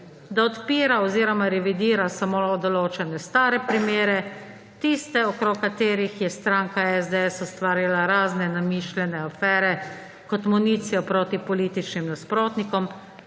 da odpira oziroma revidira samo določene stare primere. Tiste, okrog katerih je stranka SDS ustvarila razne namišljene afere kot municijo proti političnim nasprotnikom,